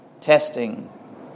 testing